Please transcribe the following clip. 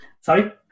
Sorry